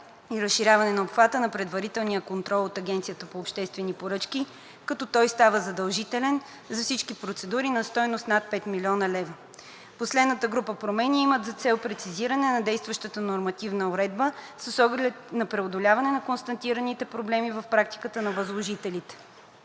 и разширяване на обхвата на предварителния контрол от Агенцията по обществените поръчки, като той става задължителен за всички процедури на стойност над 5 млн. лв. Последната група промени имат за цел прецизиране на действащата нормативна уредба с оглед на преодоляване на констатираните проблеми в практиката на възложителите.